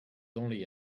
only